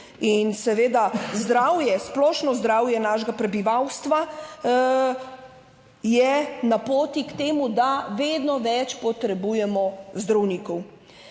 zdravje, splošno zdravje našega prebivalstva je na poti k temu, da vedno več potrebujemo zdravnikov.